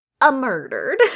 a-murdered